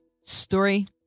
Story